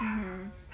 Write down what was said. (uh huh)